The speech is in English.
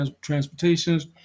transportations